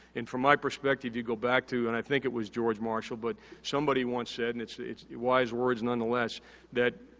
and, from my perspective you'd go back to, and i think it was george marshall but somebody once said and it's it's wise words nonetheless that,